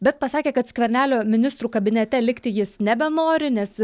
bet pasakė kad skvernelio ministrų kabinete likti jis nebenori nes